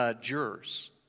jurors